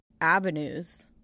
avenues